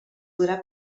podrà